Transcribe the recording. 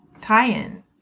tie-in